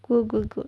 good good good